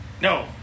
No